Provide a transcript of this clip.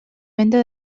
venda